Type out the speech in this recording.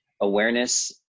awareness